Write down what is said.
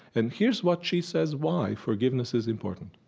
and here's what she says why forgiveness is important.